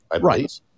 Right